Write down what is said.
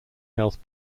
health